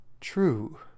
True